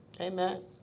Amen